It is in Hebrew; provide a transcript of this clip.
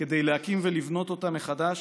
כדי להקים ולבנות אותה מחדש